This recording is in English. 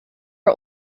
are